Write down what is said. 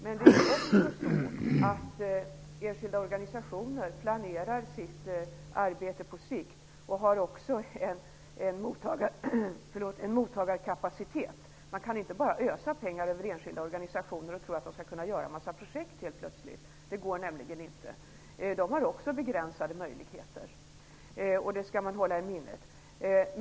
Men enskilda organisationer planerar sitt arbete på sikt och har också en begränsad mottagarkapacitet. Man kan inte bara ösa pengar över enskilda organisationer och tro att de helt plötsligt skall kunna genomföra en massa projekt. Det går nämligen inte, för de har också begränsade möjligheter. Det skall man hålla i minnet.